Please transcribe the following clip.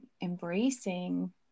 embracing